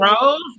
Rose